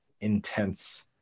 intense